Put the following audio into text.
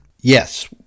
Yes